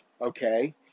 okay